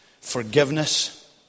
forgiveness